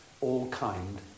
all-kind